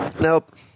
Nope